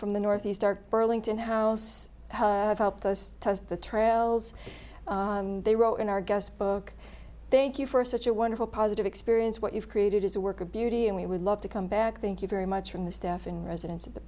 from the northeast our burlington house helped us toast the trails they wrote in our guest book thank you for such a wonderful positive experience what you've created is a work of beauty and we would love to come back thank you very much from the staff and residents of the